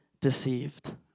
deceived